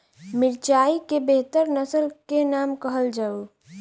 मिर्चाई केँ बेहतर नस्ल केँ नाम कहल जाउ?